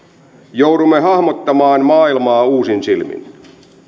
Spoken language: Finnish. joudumme hahmottamaan maailmaa uusin silmin